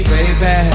Baby